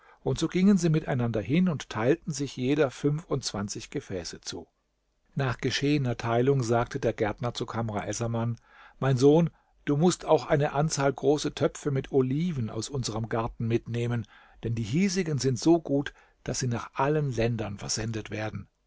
und so gingen sie miteinander hin und teilten sich jeder fünfundzwanzig gefäße zu nach geschehener teilung sagte der gärtner zu kamr essaman mein sohn du mußt auch eine anzahl große töpfe mit oliven aus unserm garten mitnehmen denn die hiesigen sind so gut daß sie nach allen ländern versendet werden